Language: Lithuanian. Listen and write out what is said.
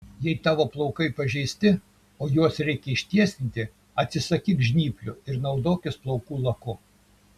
jei tavo plaukai pažeisti o juos reikia ištiesinti atsisakyk žnyplių ir naudokis plaukų laku